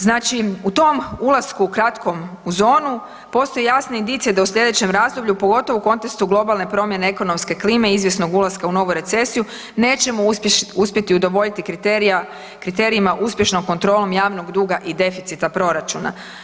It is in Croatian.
Znači u tom ulasku kratkom u zonu postoje jasne indicije da u slijedećem razdoblju pogotovo u kontekstu globalne promjene ekonomske klime i izvjesnog ulaska u novu recesiju nećemo uspjeti udovoljiti kriterijima uspješnom kontrolom javnog duga i deficita proračuna.